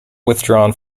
withdrawn